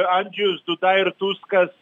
andžejus duda ir tuskas